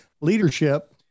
leadership